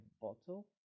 bottle